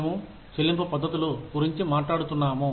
మేము చెల్లింపు పద్ధతులు గురించి మాట్లాడుతున్నాము